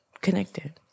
connected